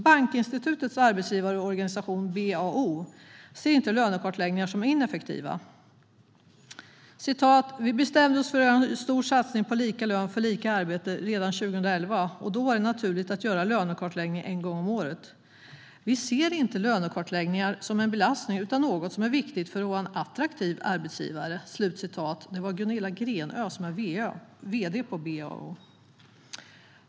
Bankinstitutens arbetsgivarorganisation, BAO, ser inte lönekartläggningar som ineffektiva. "Vi bestämde oss för att göra en stor satsning på lika lön för lika arbete år 2011, och då var det naturligt att göra lönekartläggning en gång om året. Vi ser inte kartläggningarna som en belastning utan som något som är viktigt för att vara en attraktiv arbetsgivare", säger Gunilla Grenö, vd på BAO.